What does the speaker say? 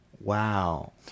Wow